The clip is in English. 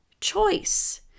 choice